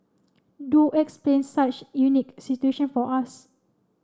do explain such unique situation for us